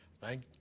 Thank